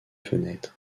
fenêtres